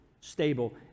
Stable